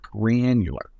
granular